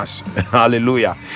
hallelujah